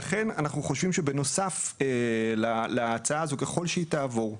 לכן אנחנו חושבים שבנוסף להצעה הזו ככול שהיא תעבור,